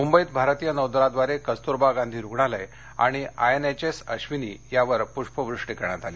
मुंबईत भारतीय नौदलाद्वारे कस्तूरबा गांधी रुग्णालय आणि I N H S Ashwini यावर पृष्पवृष्टि करण्यात आली